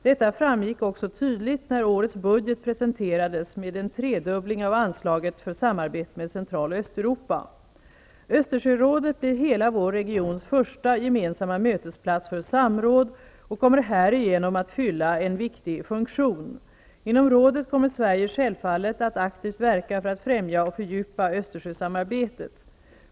Detta framgick också tydligt när årets budget presenterades med en tredubbling av anslaget för samarbetet med Central och Östersjörådet blir hela vår regions första gemensamma mötesplats för samråd och kommer härigenom att fylla en viktig funktion. Inom rådet kommer Sverige självfallet att aktivt verka för att främja och fördjupa Östersjösamarbetet.